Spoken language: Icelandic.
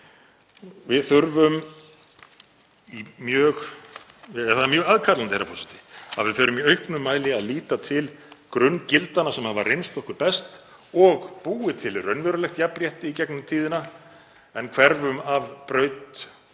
Það er mjög aðkallandi, herra forseti, að við förum í auknum mæli að líta til grunngildanna sem hafa reynst okkur best og búið til raunverulegt jafnrétti í gegnum tíðina en hverfum af braut